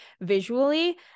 visually